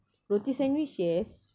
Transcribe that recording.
roti sandwich yes